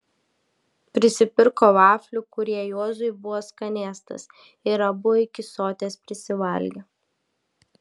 prisipirko vaflių kurie juozui buvo skanėstas ir abu iki soties prisivalgė